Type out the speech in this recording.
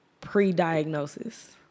pre-diagnosis